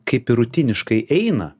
kaip ir rutiniškai eina